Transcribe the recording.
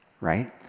right